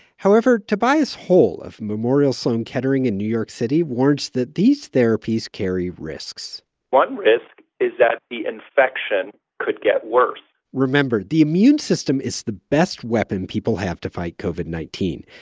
however, tobias hohl of memorial sloan kettering in new york city warns that these therapies carry risks one risk is that the infection could get worse remember the immune system is the best weapon people have to fight covid nineteen.